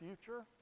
future